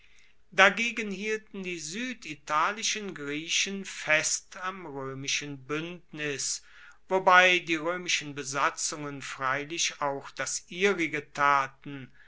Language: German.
dagegen hielten die sueditalischen griechen fest am roemischen buendnis wobei die roemischen besatzungen freilich auch das ihrige taten